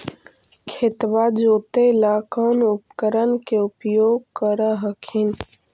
खेतबा जोते ला कौन उपकरण के उपयोग कर हखिन?